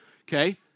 okay